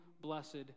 blessed